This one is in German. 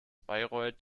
bayreuth